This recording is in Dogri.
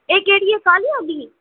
एह् केह्ड़ी ऐ काले आह्ली